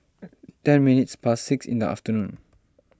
ten minutes past six in the afternoon